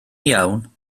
iawn